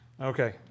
Okay